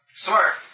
Smart